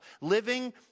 living